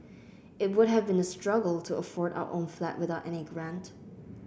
it would have been a struggle to afford our own flat without any grant